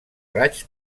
raigs